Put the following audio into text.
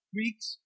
weeks